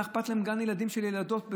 מה אכפת להם גן ילדים, ילדות,